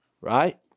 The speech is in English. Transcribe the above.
right